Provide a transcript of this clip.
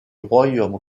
royaume